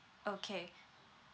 okay